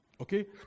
Okay